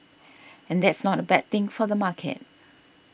and that's not a bad thing for the market